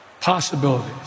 Possibilities